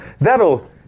That'll